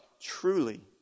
truly